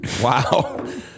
Wow